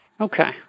Okay